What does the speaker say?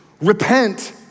Repent